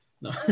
No